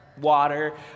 water